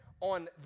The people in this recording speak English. on